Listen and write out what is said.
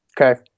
Okay